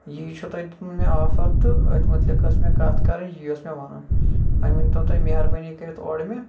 یی چھو تۄہہِ دیُتمُت مےٚ آفَر تہٕ أتھۍ مُتلِق ٲسۍ مےٚ کَتھ کَرٕنۍ یی اوس مےٚ وَنُن وۄنۍ ؤنتو تُہۍ مہربٲنی کٔرِتھ اورٕ مےٚ